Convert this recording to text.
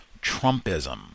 Trumpism